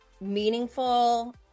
meaningful